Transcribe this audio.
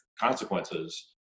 consequences